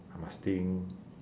I must think